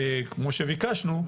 כמו שביקשנו,